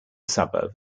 suburb